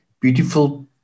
beautiful